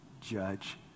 judge